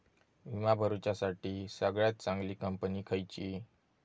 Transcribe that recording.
विमा भरुच्यासाठी सगळयात चागंली कंपनी खयची?